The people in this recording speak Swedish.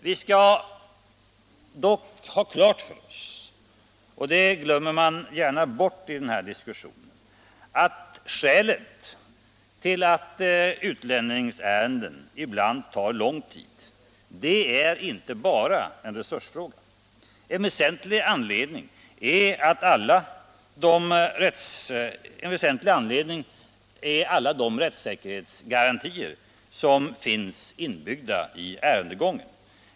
Vi skall dock ha klart för oss — det glömmer man gärna bort i den här diskussionen — att skälet till att utlänningsärenden ibland tar lång tid inte bara är en resursfråga. En väsentlig anledning är alla de rättssäkerhetsgarantier som finns inbyggda i ärendegången.